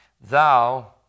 Thou